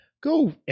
Go